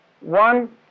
One